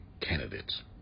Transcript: candidates